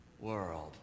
world